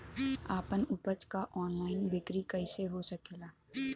आपन उपज क ऑनलाइन बिक्री कइसे हो सकेला?